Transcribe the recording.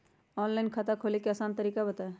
Online खाता खोले के आसान तरीका बताए?